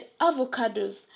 avocados